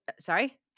Sorry